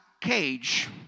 cage